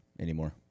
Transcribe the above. anymore